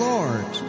Lord